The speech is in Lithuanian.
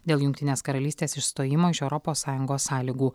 dėl jungtinės karalystės išstojimo iš europos sąjungos sąlygų